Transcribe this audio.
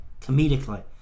comedically